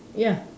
ya